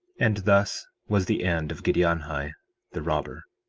and thus was the end of giddianhi the robber.